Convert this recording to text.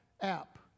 app